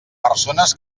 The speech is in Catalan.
persones